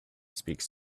speaks